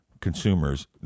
consumers